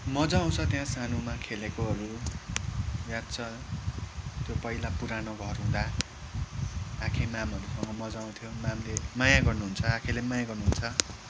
मज्जा आउँछ त्यहाँ सानोमा खेलेकोहरू याद छ त्यो पहिला पुरानो घर हुँदा आखे मामहरूसँग मज्जा आउँथ्यो मामले माया गर्नुहुन्छ आखेले पनि माया गर्नुहुन्छ